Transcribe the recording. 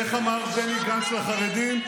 איך אמר בני גנץ לחרדים?